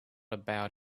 about